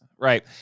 right